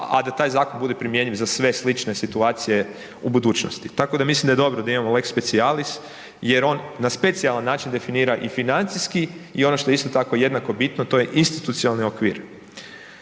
a da taj zakon bude primjenjiv za sve slične situacije u budućnosti. Tako da mislim da je dobro da imamo lex specialis jer on na specijalan način definira i financijski i ono što je isto tako, jednako bitno, to je institucionalni okvir.